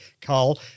Carl